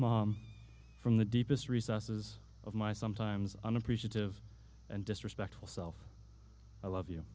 mom from the deepest recesses of my sometimes unappreciative and disrespectful self i love you